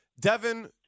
Devin